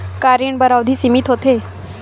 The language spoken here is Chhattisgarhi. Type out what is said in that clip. का ऋण बर अवधि सीमित होथे?